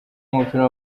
w’umupira